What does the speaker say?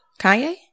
Kanye